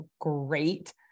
great